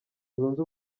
zunze